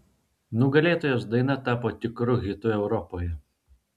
nugalėtojos daina tapo tikru hitu europoje